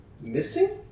Missing